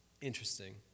interesting